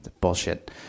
Bullshit